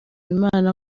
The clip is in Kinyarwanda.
imana